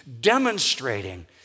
demonstrating